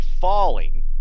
falling